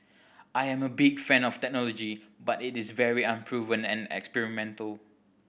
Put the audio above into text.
I am a big fan of the technology but it is very unproven and experimental